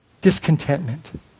Discontentment